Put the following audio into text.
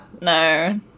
No